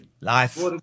Life